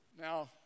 Now